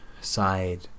side